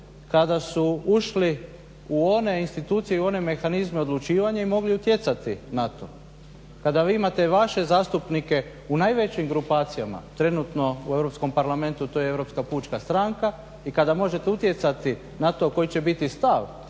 kada su ušli u one institucije i u one mehanizme odlučivanja i mogli utjecati na to. Kada vi imate i vaše zastupnike u najvećim grupacijama trenutno u Europskom parlamentu to je Europska pučka stranka. I kada možete utjecati na to koji će biti stav